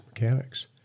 mechanics